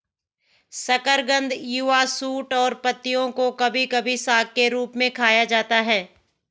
शकरकंद युवा शूट और पत्तियों को कभी कभी साग के रूप में खाया जाता है